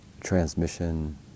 transmission